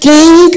King